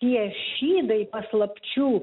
tie šydai paslapčių